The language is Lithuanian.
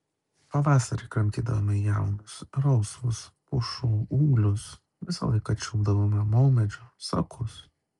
pavasarį kramtydavome jaunus rausvus pušų ūglius visą laiką čiulpdavome maumedžių sakus